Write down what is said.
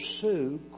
pursue